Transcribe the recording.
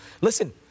Listen